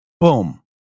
Boom